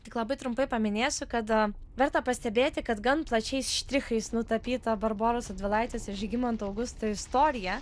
tik labai trumpai paminėsiu kad verta pastebėti kad gan plačiais štrichais nutapyta barboros radvilaitės ir žygimanto augusto istorija